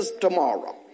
tomorrow